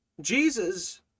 Jesus